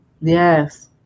yes